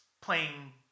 playing